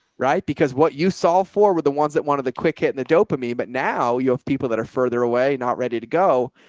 right, because what you solve for were the ones that wanted the quick hit and the dopamine, but now you'll have people that are further away not ready to go.